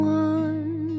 one